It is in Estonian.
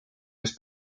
mis